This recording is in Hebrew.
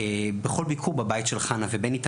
בכל ביקור בבית של חנה ובני,